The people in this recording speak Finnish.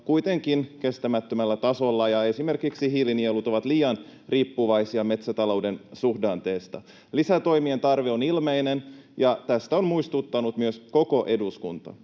kuitenkin kestämättömällä tasolla, ja esimerkiksi hiilinielut ovat liian riippuvaisia metsätalouden suhdanteista. Lisätoimien tarve on ilmeinen, ja tästä on muistuttanut myös koko eduskunta.